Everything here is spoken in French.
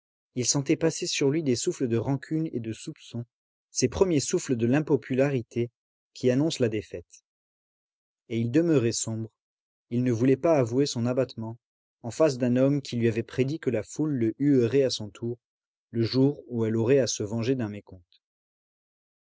il sentait passer sur lui des souffles de rancune et de soupçon ces premiers souffles de l'impopularité qui annoncent la défaite et il demeurait sombre il ne voulait pas avouer son abattement en face d'un homme qui lui avait prédit que la foule le huerait à son tour le jour où elle aurait à se venger d'un mécompte